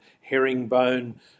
herringbone